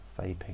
vaping